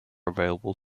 available